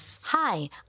Hi